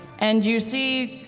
and you see,